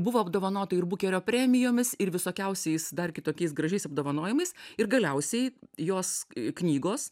buvo apdovanota ir bukerio premijomis ir visokiausiais dar kitokiais gražiais apdovanojimais ir galiausiai jos knygos